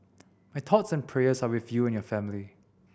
my thoughts and prayers are with you and your family